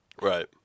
Right